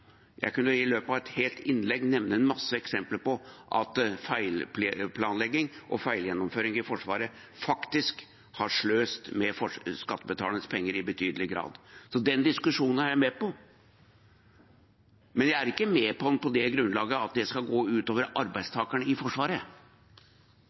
Jeg kunne i løpet av et helt innlegg nevne en masse eksempler på at feilplanlegging og feilgjennomføring i Forsvaret faktisk har sløst med skattebetalernes penger i betydelig grad. Så den diskusjonen er jeg med på, men jeg er ikke med på den på det grunnlaget at det skal gå